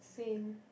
same